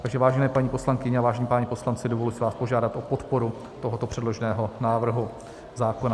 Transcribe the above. Takže vážené paní poslankyně a vážení páni poslanci, dovoluji si vás požádat o podporu tohoto předloženého návrhu zákona.